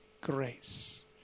grace